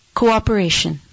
cooperation